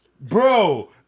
bro